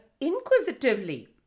inquisitively